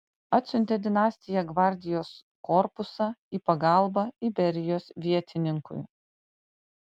atsiuntė dinastija gvardijos korpusą į pagalbą iberijos vietininkui